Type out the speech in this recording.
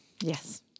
yes